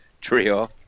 trio